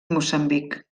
moçambic